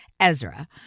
Ezra